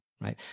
right